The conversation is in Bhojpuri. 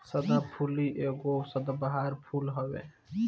सदाफुली एगो सदाबहार फूल हवे